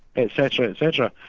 etc. etc.